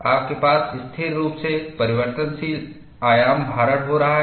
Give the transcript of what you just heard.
आपके पास स्थिर रूप से परिवर्तनशील आयाम भारण हो रहा है